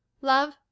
Love